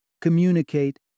communicate